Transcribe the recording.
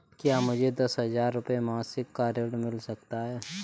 क्या मुझे दस हजार रुपये मासिक का ऋण मिल सकता है?